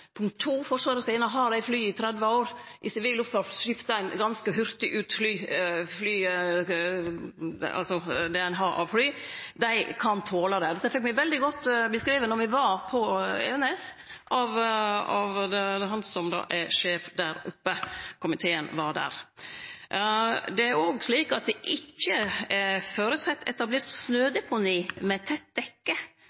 Forsvaret skal gjerne ha dei flya i 30 år, mens i sivil luftfart skiftar ein ganske hurtig ut det ein har av fly; dei kan tole det. Dette fekk me veldig godt beskrive av han som er sjef på Evenes, då komiteen var der oppe. Det er òg slik at det ikkje er føresett etablert